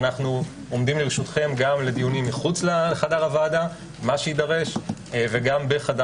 אנחנו עומדים לרשותכם גם לדיונים מחוץ לחדר הוועדה מה שיידרש וגם בחדר